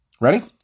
Ready